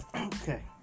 Okay